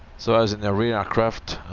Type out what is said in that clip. so as in the real aircraft